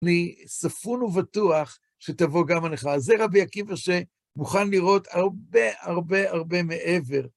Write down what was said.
אני ספון ובטוח שתבוא גם המחאה. זה רבי עקיבא שמוכן לראות הרבה הרבה הרבה מעבר.